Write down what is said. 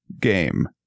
Game